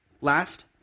Last